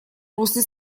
русле